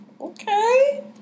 Okay